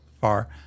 far